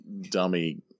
dummy